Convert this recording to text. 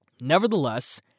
Nevertheless